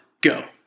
go